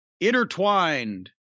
intertwined